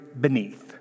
beneath